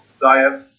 diet